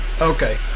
Okay